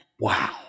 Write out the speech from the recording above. Wow